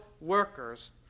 workers